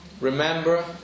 remember